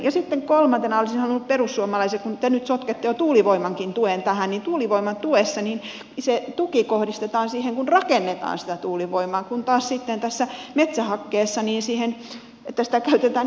sitten kolmantena olisin halunnut sanoa perussuomalaisille kun te nyt sotkette jo tuulivoimankin tuen tähän että tuulivoiman tuessa se tuki kohdistetaan siihen kun rakennetaan sitä tuulivoimaa kun taas sitten tässä metsähakkeessa siihen että sitä käytetään energiaksi